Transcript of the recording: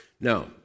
Now